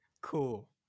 Cool